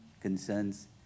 concerns